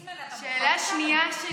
ליצמן, אתה מוכן איתנו?